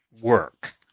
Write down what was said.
work